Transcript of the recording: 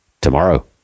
Tomorrow